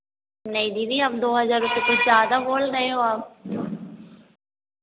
नहीं दीदी आप दो हज़ार रुपये कुछ ज़्यादा बोल रहे हो आप